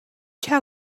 tell